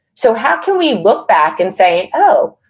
so how can we look back and say, oh,